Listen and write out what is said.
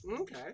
Okay